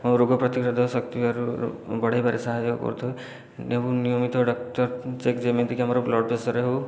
ରୋଗ ପ୍ରତିରୋଧକ ଶକ୍ତି ବଢ଼ାଇବାରେ ସାହାଯ୍ୟ କରିଥାଇ ଏବଂ ନିୟମିତ ଡାକ୍ତର ଚେକ୍ ଯେମିତିକି ଆମର ବ୍ଲଡ଼ପ୍ରେଶର ହେଉ